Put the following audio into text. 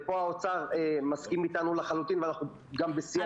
ופה האוצר מסכים איתנו לחלוטין ואנחנו גם בשיח על זה.